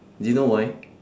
do you know why